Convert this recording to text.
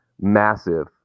massive